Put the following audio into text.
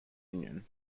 union